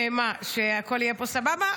שהכול יהיה פה סבבה?